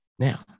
Now